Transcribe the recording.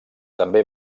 també